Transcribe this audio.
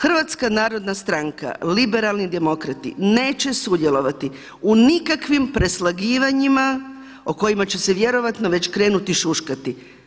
Hrvatska narodna stranka-Liberalni demokrati neće sudjelovati u nikakvim preslagivanjima o kojima će se vjerojatno već krenuti šuškati.